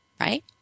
right